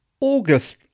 August